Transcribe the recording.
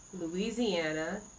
Louisiana